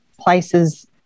places